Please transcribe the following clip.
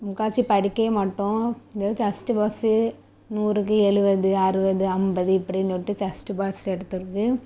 முக்கால்வாசி படிக்கயே மாட்டோம் த ஜஸ்ட்டு பாஸு நூறுக்கு எழுவது அறுபது ஐம்பது இப்படின்னு சொல்லிட்டு ஜஸ்ட்டு பாஸு எடுத்துறது